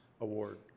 award